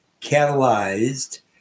catalyzed